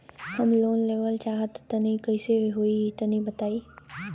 हम लोन लेवल चाहऽ तनि कइसे होई तनि बताई?